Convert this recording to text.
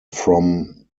from